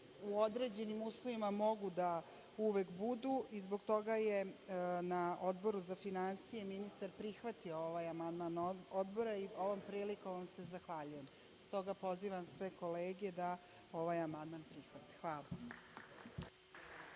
u određenim uslovima mogu da uvek budu. Zbog toga je na Odboru za finansije ministar prihvatio ovaj amandman Odbora i ovom prilikom vam se zahvaljujem. Stoga pozivam sve kolege da ovaj amandman prihvate. Hvala.